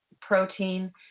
protein